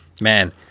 man